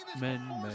Men